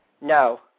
No